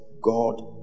God